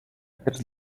aquests